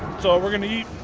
so we're gonna eat